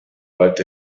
but